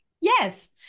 Yes